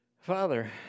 Father